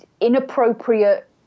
inappropriate